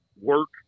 work